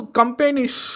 companies